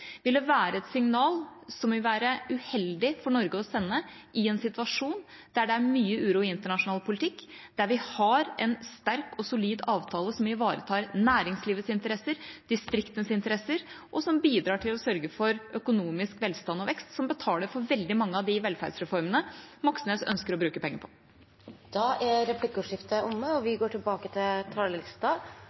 ville være et signal som vil være uheldig for Norge å sende i en situasjon der det er mye uro i internasjonal politikk, der vi har en sterk og solid avtale som ivaretar næringslivets interesser, distriktenes interesser, og som bidrar til å sørge for økonomisk velstand og vekst, og som betaler for veldig mange av de velferdsreformene Moxnes ønsker å bruke penger på. Replikkordskiftet er omme.